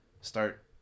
start